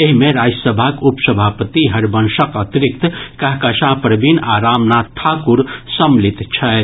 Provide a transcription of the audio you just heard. एहि मे राज्यसभाक उप सभापति हरिवंशक अतिरिक्त कहकशां परवीन आ रामनाथ ठाकुर सम्मिलित छथि